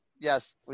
Yes